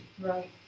Right